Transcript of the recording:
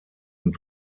und